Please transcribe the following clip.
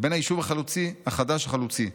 לבין היישוב החדש החלוצי,